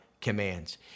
commands